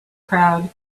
crowd